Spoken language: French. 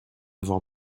avoir